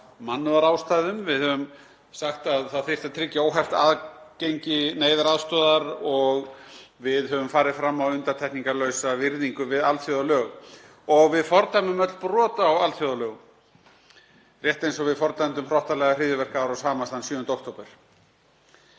af mannúðarástæðum. Við höfum sagt að það þyrfti að tryggja óheft aðgengi neyðaraðstoðar og við höfum farið fram á undantekningarlausa virðingu við alþjóðalög og við fordæmum öll brot á alþjóðalögum, rétt eins og við fordæmdum hrottalega hryðjuverkaárás Hamas þann 7. október.